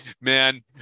Man